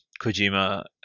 Kojima